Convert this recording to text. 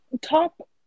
Top